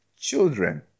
children